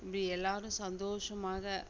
இப்படி எல்லாரும் சந்தோஷமாக